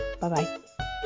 Bye-bye